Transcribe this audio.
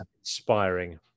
inspiring